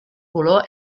color